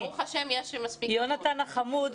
יונתן החמוד,